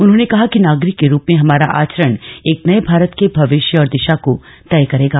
उन्होंने कहा कि नागरिक के रूप में हमारा आचरण एक नए भारत के भविष्य और दिशा को तय करेगा